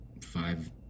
Five